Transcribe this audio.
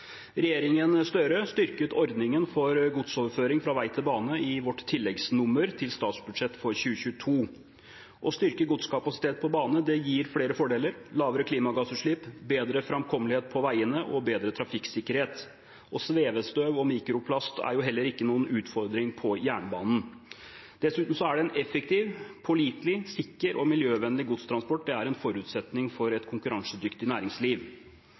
Regjeringen Støre styrket ordningen for godsoverføring fra vei til bane i vårt tilleggsnummer til statsbudsjett for 2022. Styrket godskapasitet på bane gir flere fordeler: lavere klimagassutslipp, bedre framkommelighet på veiene og bedre trafikksikkerhet. Svevestøv og mikroplast er heller ikke noen utfordring på jernbanen. Dessuten er en effektiv, pålitelig, sikker og miljøvennlig godstransport en forutsetning for et konkurransedyktig næringsliv.